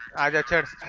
and i